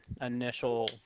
initial